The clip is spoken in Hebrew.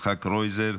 יצחק קרויזר,